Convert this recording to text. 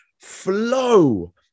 flow